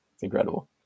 Incredible